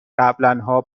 قبلاًها